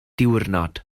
diwrnod